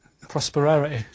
Prosperity